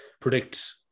predict